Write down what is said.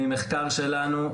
ממחקר שלנו,